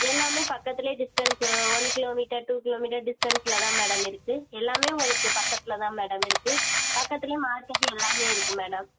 எல்லாம் பக்கத்திலயே distance one kilometre two kilometre டிஸ்டன்ஸில் தான் மேடம் இருக்குது எல்லாமே உங்களுக்கு பக்கத்தில் தான் மேடம் இருக்குது பக்கத்தில் மார்க்கெட் எல்லாமே இருக்குது மேடம்